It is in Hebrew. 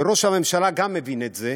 שגם ראש הממשלה מבין את זה,